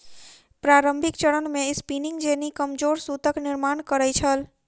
प्रारंभिक चरण मे स्पिनिंग जेनी कमजोर सूतक निर्माण करै छल